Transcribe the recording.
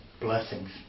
blessings